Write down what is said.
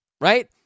right